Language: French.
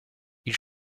ils